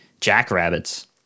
jackrabbits